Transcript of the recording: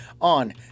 on